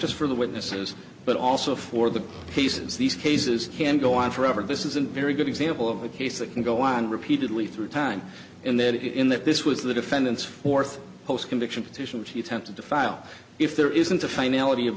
just for the witnesses but also for the pieces these cases can go on forever business and very good example of a case that can go on repeatedly through time and that in that this was the defendant's fourth post conviction petition which he attempted to file if there isn't a finality of